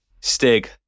Stig